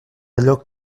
allò